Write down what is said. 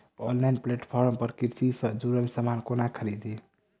Online platform पर कृषि सँ जुड़ल समान कोना खरीदी?